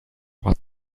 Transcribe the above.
what